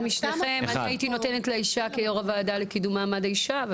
הייתי נותנת לאישה כיו"ר הוועדה למעמד האישה.